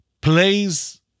plays